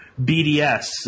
BDS